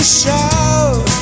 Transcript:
shout